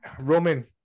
Roman